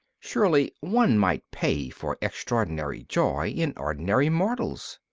surely one might pay for extraordinary joy in ordinary morals.